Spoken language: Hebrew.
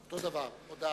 אותו הדבר, הודעה.